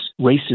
racist